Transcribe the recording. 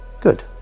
Good